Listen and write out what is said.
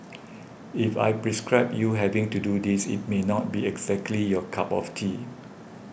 if I prescribe you having to do this it may not be exactly your cup of tea